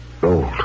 Gold